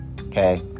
Okay